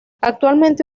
actualmente